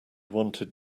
wanted